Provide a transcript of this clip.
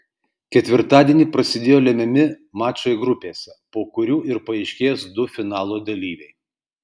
ketvirtadienį prasidėjo lemiami mačai grupėse po kurių ir paaiškės du finalo dalyviai